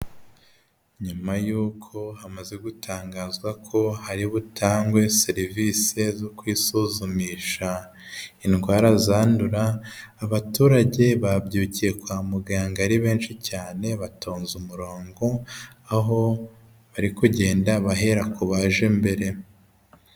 Nyuma yuko hamaze gutangazwa ko hari butangwe serivisi zo kwisuzumisha indwara zandura, abaturage babyukiye kwa muganga ari benshi cyane batonze umurongo, aho bari kugenda bahera ku baje mbere.